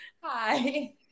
Hi